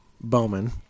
Bowman